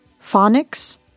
phonics